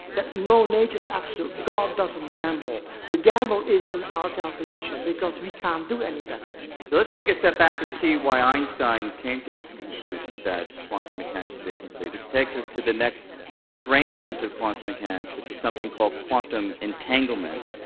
that, no, nature's absolute. god doesn't gamble. the gamble is in our calculation, because we can't do any better let's take a step back and see why einstein came to this conclusion that quantum mechanics is incomplete, which takes us to the next strangeness of quantum mechanics, which is something called quantum entanglement.